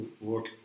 work